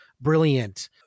brilliant